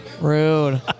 Rude